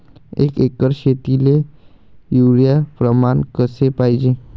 एक एकर शेतीले युरिया प्रमान कसे पाहिजे?